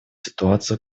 ситуацию